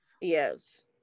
Yes